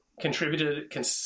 contributed